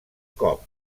cop